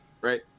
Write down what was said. right